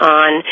on